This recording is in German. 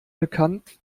bekannt